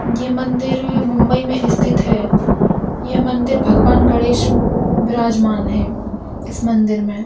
यह मंदिर मुंबई में स्थित है यह मंदिर भगवान गणेश विराजमान है इस मंदिर में